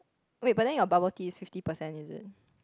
wait but then your bubble tea is fifty percent is it